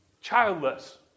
childless